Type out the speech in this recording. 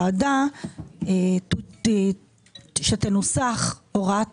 חושבת, אדוני היושב ראש, שאנחנו צריכים הוראת